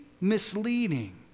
misleading